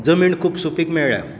जमीन खूब सूपीक मेळ्या